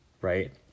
Right